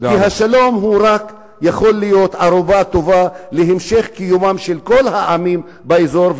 כי רק השלום יכול להיות ערובה טובה להמשך קיומם של כל העמים באזור,